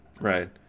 Right